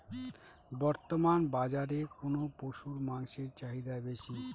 বর্তমান বাজারে কোন পশুর মাংসের চাহিদা বেশি?